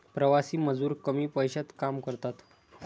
प्रवासी मजूर कमी पैशात काम करतात